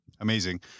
Amazing